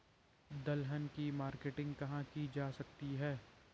दलहन की मार्केटिंग कहाँ की जा सकती है?